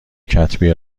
کتبی